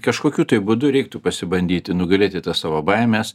kažkokiu būdu reiktų pasibandyti nugalėti tas savo baimes